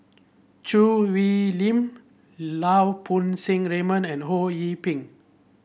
Choo Hwee Lim Lau Poo Seng Raymond and Ho Yee Ping